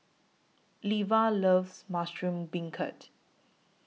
Leva loves Mushroom Beancurd